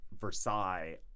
Versailles